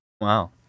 Wow